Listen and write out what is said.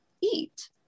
eat